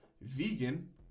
Vegan